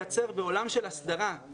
בעולם של הסדרה אנחנו יודעים לייצר,